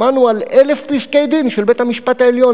שמענו על 1,000 פסקי-דין של בית-המשפט העליון